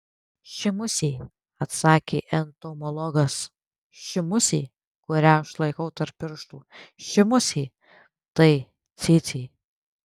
ši musė atsakė entomologas ši musė kurią aš laikau tarp pirštų ši musė tai cėcė